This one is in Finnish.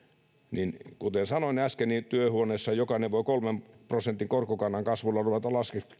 niin kuten sanoin äsken työhuoneessaan jokainen voi kolmen prosentin korkokannan kasvulla ruveta